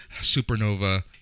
Supernova